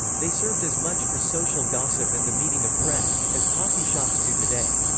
they served as much for social gossip and the meeting of friends, as coffee shops do today.